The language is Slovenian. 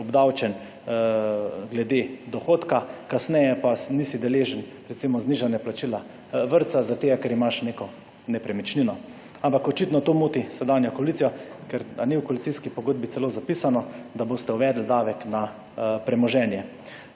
obdavčen glede dohodka, kasneje pa nisi deležen recimo znižanja plačila vrtca zaradi tega, ker imaš neko nepremičnino. Ampak očitno to moti sedanjo koalicijo, ker a ni v koalicijski pogodbi celo zapisano, da boste uvedli davek na premoženje?